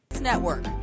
network